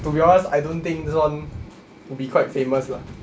to be honest I don't think this [one] will be quite famous lah